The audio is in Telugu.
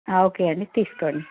ఓకే అండి తీసుకోండి